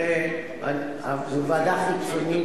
זאת ועדה חיצונית,